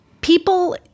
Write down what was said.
People